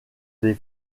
des